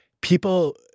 people